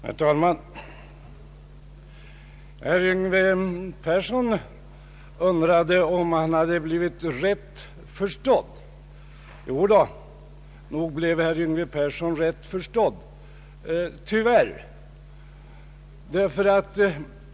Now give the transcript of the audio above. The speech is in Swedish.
Herr talman! Herr Yngve Persson undrade om han hade blivit rätt förstådd. Jo då, nog blev herr Yngve Persson rätt förstådd — tyvärr.